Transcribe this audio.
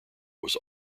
was